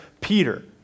Peter